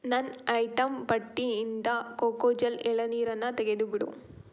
ನನ್ನ ಐಟೆಮ್ ಪಟ್ಟಿಯಿಂದ ಕೋಕೋ ಜಲ್ ಎಳನೀರನ್ನು ತೆಗೆದುಬಿಡು